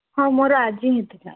ହଁ ମୋର ଆଜି ହିଁ ଥିଲା